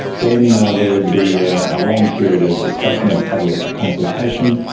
then there would be a long period of discussion, of public consultation.